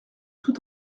tout